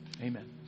amen